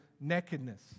nakedness